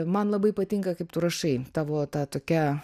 man labai patinka kaip tu rašai tavo ta tokia